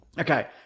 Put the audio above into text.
Okay